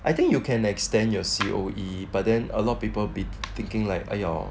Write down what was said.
I think you can extend your C_O_E but then a lot of people be thinking like !aiya!